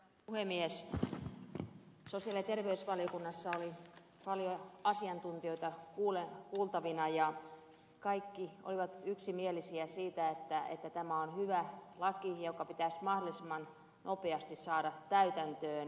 sosiaali ja terveysvaliokunnassa oli paljon asiantuntijoita kuultavina ja kaikki olivat yksimielisiä siitä että tämä on hyvä laki joka pitäisi mahdollisimman nopeasti panna täytäntöön